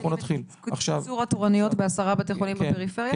מתחיל קיצור התורנויות בעשרה בתי חולים בפריפריה?